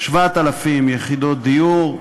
7,000 יחידות דיור,